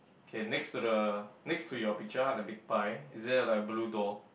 okay next to the next to your picture ah the big pie is there like a blue door